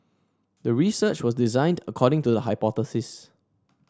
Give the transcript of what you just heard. the research was designed according to the hypothesis